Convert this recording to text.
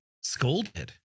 scolded